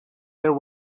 there